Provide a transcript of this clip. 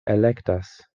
elektas